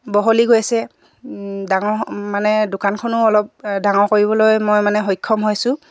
বহলি গৈছে ডাঙৰ মানে দোকানখনো অলপ ডাঙৰ কৰিবলৈ মই মানে সক্ষম হৈছোঁ